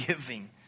giving